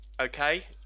okay